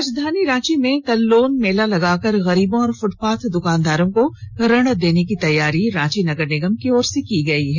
राजधानी रांची में कल लोन मेला लगाकर गरीबों और फुटपाथ दुकानदारों को ऋण देने की तैयारी रांची नगर निगम की ओर से की गई है